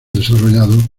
desarrollado